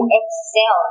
excel